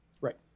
Right